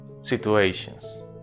situations